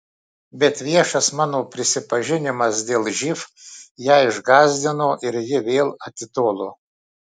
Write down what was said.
bet viešas mano prisipažinimas dėl živ ją išgąsdino ir ji vėl atitolo